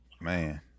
man